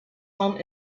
home